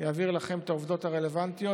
אעביר לכם את העובדות הרלוונטיות,